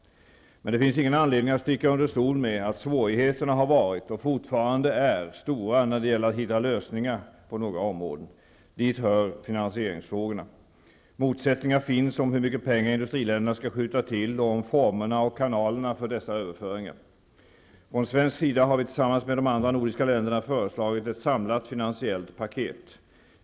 Men det finns ingen anledning att sticka under stol med att svårigheterna har varit -- och fortfarande är -- stora när det gäller att hitta lösningar på några områden. Dit hör finansieringsfrågorna. Motsättningar finns om hur mycket pengar industriländerna skall skjuta till och om formerna och kanalerna för dessa överföringar. Från svensk sida har vi tillsammans med de andra nordiska länderna föreslagit ett samlat finansiellt paket.